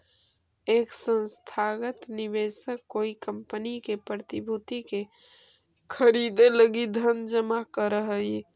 एक संस्थागत निवेशक कोई कंपनी के प्रतिभूति के खरीदे लगी धन जमा करऽ हई